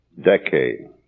decade